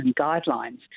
guidelines